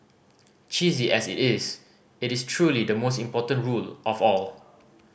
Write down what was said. cheesy as it is it is truly the most important rule of all